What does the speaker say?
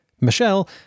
Michelle